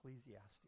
Ecclesiastes